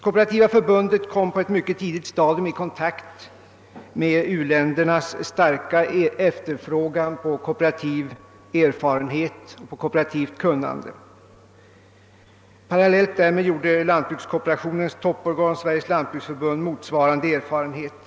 Kooperativa förbundet kom på ett tidigt stadium i kontakt med u-ländernas starka efterfrågan på kooperativ erfarenhet och kooperativt kunnande. Parallellt därmed gjorde lantbrukskooperationens topporganisation, Sveriges lantbruksförbund, motsvarande erfarenhet.